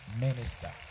minister